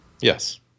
Yes